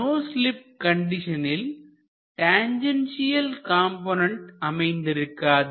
no slip கண்டிஷனில் tangential component அமைந்திருக்காது